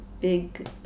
big